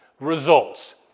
results